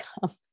comes